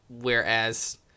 whereas